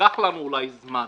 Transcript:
ייקח זמן